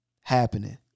happening